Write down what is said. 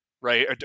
right